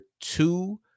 two